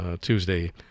Tuesday